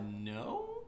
no